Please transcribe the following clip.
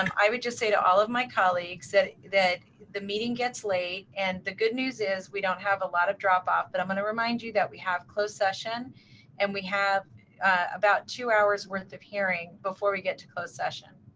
i would just say to all of my colleagues that that the meeting gets late and the good news is we don't have a lot of drop off, but i'm going remind you that we have closed session and about two hours worth of hearing before we get to closed session.